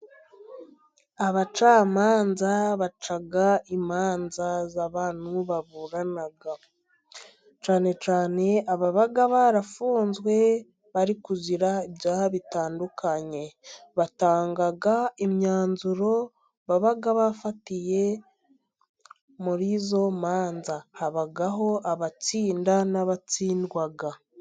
Abacamanza baca imanza z'abantu baburana ,cyane cyane ababa barafunzwe bari kuzira ibyaha bitandukanye ,batanga imyanzuro baba bafatiye muri izo manza, haba abatsinda n'abatsindwa.